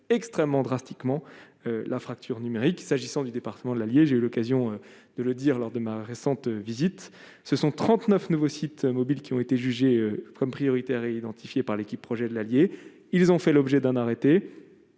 extrêmement drastiquement la fracture numérique s'agissant du département de l'Allier, j'ai eu l'occasion de le dire lors de ma récente visite, ce sont 39 nouveaux sites mobiles qui ont été jugés comme prioritaires identifiés par l'équipe projet de l'Allier, ils ont fait l'objet d'un arrêté